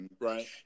right